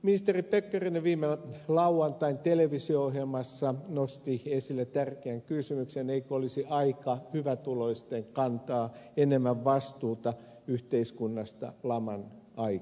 ministeri pekkarinen viime lauantain televisio ohjelmassa nosti esille tärkeän kysymyksen eikö olisi aika hyvätuloisten kantaa enemmän vastuuta yhteiskunnasta laman aikana